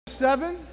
seven